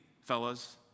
fellas